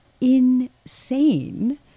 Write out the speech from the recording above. Insane